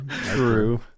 true